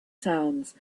sounds